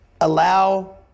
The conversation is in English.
Allow